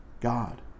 God